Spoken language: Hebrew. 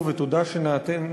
חבר הכנסת אילן גילאון,